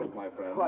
my friend. why,